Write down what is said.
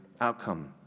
outcome